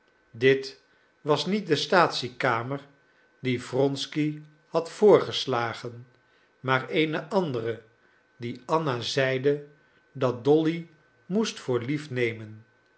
dit was niet de staatsiekamer die wronsky had voorgeslagen maar eene andere die anna zeide dat dolly moest voor lief nemen